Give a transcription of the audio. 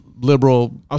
liberal